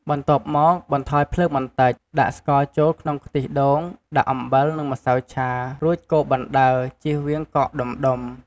បន្ទាប់មក បន្ថយភ្លើងបន្តិច ដាក់ស្ករចូលក្នុងខ្ទិះដូង ដាក់អំបិលនិងម្សៅឆា រួចកូរបណ្តើរជៀសវាងកកដុំៗ។